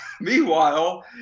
meanwhile